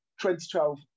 2012